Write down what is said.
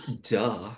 duh